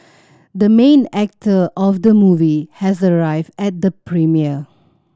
the main actor of the movie has arrived at the premiere